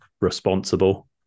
responsible